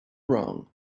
wrong